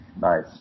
Nice